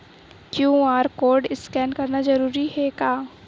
QR code scan करना जरूरी हे का?